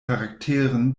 charakteren